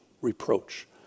reproach